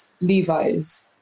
Levi's